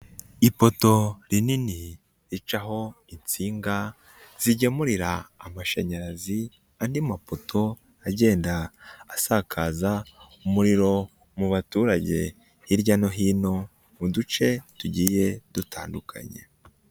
Ipoto rinini ricaho insinga zigemurira amashanyarazi andi mapoto agenda asakaza umuriro mu baturage hirya no hino, mu duce tugiye dutandukanye.